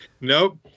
Nope